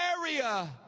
area